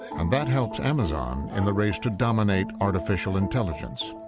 and that helps amazon in the race to dominate artificial intelligence.